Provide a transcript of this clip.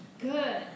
Good